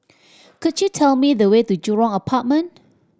could you tell me the way to Jurong Apartment